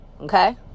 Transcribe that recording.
okay